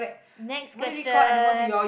next question